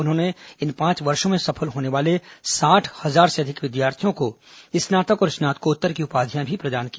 उन्होंने इन पांच वर्षो में सफल होने वाले साठ हजार से अधिक विद्यार्थियों को स्नातक और स्नातकोत्तर की उपाधियां भी प्रदान की